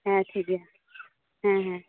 ᱦᱮᱸ ᱴᱷᱤᱠ ᱜᱮᱭᱟ ᱦᱮᱸ ᱦᱮᱸ